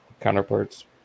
counterparts